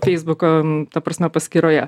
feisbuko ta prasme paskyroje